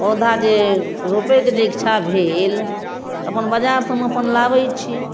पौधा जे रोपैके जे इच्छा भेल तऽ अपन बजारसँ हम अपन लाबै छी